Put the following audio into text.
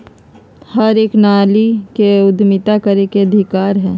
हर एक नारी के उद्यमिता करे के अधिकार हई